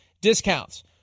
discounts